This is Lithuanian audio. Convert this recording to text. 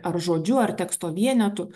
ar žodžiu ar teksto vienetu